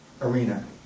arena